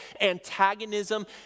antagonism